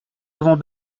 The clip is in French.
avons